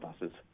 buses